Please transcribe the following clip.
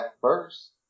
first